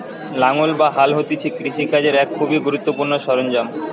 লাঙ্গল বা হাল হতিছে কৃষি কাজের এক খুবই গুরুত্বপূর্ণ সরঞ্জাম